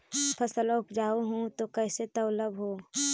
फसलबा उपजाऊ हू तो कैसे तौउलब हो?